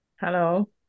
Hello